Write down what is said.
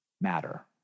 matter